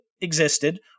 existed